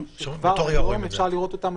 כבר היום אפשר לראות אותן,